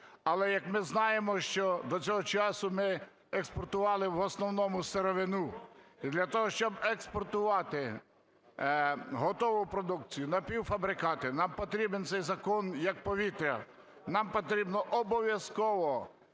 але, як ми знаємо, що до цього часу ми експортували в основному сировину. І для того, щоб експортувати готову продукцію, напівфабрикати, нам потрібен цей закон, як повітря. Нам потрібно обов'язково